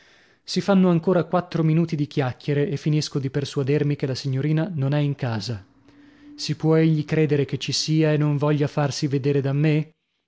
si fanno ancora quattro minuti di chiacchiere e finisco di persuadermi che la signorina non è in casa si può egli credere che ci sia e non voglia farsi vedere da me